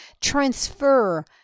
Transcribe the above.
transfer